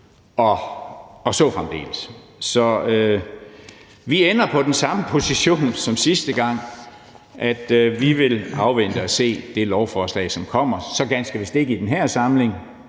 og så fremdeles? Så vi ender på den samme position som sidste gang: at vi vil afvente og se det lovforslag, som så ganske vist ikke kommer i den her samling